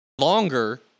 longer